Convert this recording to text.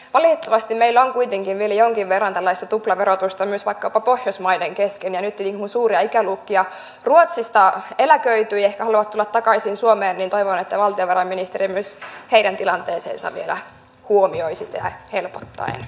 valitettavasti meillä on kuitenkin vielä jonkin verran tällaista tuplaverotusta myös vaikkapa pohjoismaiden kesken ja nyt tietenkin kun suuria ikäluokkia ruotsissa eläköityy ja he ehkä haluavat tulla takaisin suomeen toivon että valtionvarainministeri myös heidän tilanteensa vielä huomioisi sitä helpottaen